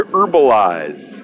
Herbalize